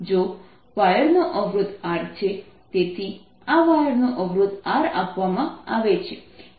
જો વાયરનો અવરોધ R છે તેથી આ વાયરનો અવરોધ R આપવામાં આવે છે